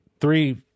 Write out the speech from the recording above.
three